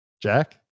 Jack